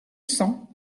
cents